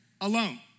alone